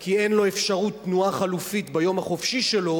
כי אין לו אפשרות תנועה חלופית ביום החופשי שלו.